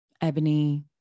Ebony